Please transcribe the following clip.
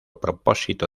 propósito